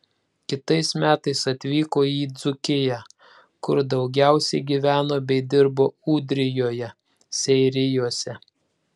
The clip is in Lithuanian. kitais metais atvyko į dzūkiją kur daugiausiai gyveno bei dirbo ūdrijoje seirijuose